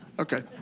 Okay